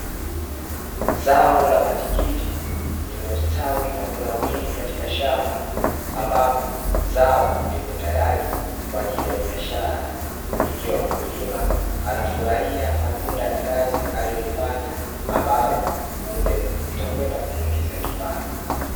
Zao la matikiti iliyostawi na kunawiri katika shamba ambapo zao lipo tayari kwa ajili ya biashara ikiwa mkulima anafurahia matunda ya kazi aliyoifanya ambayo punde itakwenda kumwingiza kipato.